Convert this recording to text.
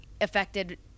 affected